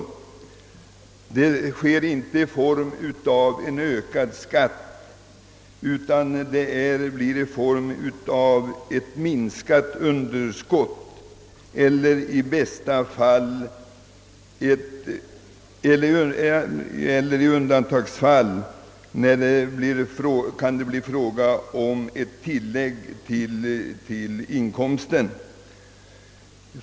Pålagan kommer inte som en ökning av skatten utan som ett minskat underskott, och i undantagsfall kan det bli fråga om ett tillägg till inkomsten.